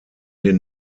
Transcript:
den